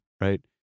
right